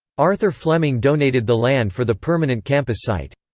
arthur fleming donated the land for the permanent campus site.